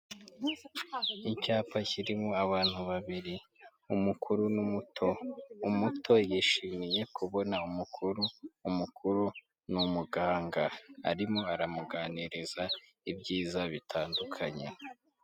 Icyapa kirimo abantu babiri, umukuru n'umuto, umuto yishimiye kubona umukuru, umukuru ni umuganga arimo aramuganiriza ibyiza bitandukanye.